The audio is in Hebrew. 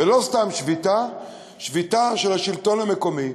ולא סתם שביתה, שביתה של השלטון המקומי,